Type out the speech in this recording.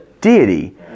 deity